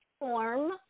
form